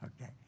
Okay